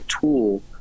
tool